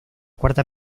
cuarta